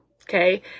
okay